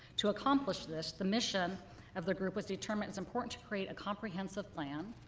to accomplish this, the mission of the group was determined it's important to create a comprehensive plan